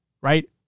right